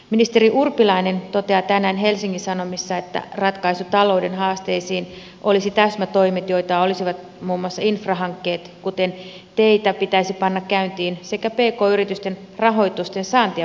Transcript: ministeri urpilainen toteaa tänään helsingin sanomissa että ratkaisu talouden haasteisiin olisi täsmätoimet joita olisivat muun muassa infrahankkeet kuten teitä pitäisi panna käyntiin sekä pk yritysten rahoitusten saantia voisi auttaa